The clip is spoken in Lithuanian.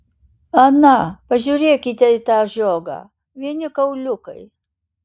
ana pažiūrėkite į tą žiogą vieni kauliukai